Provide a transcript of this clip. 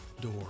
door